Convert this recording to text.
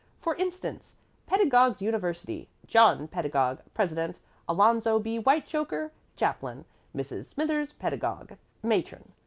for instance pedagog's university. john pedagog, president alonzo b. whitechoker, chaplain mrs. smithers-pedagog, matron.